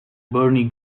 burney